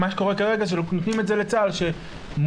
מה שקורה כרגע שנותנים את זה לצה"ל שמוסמך